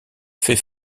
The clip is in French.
fait